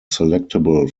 selectable